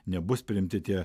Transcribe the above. nebus priimti tie